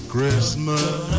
Christmas